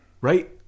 Right